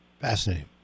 Fascinating